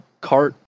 cart